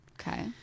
Okay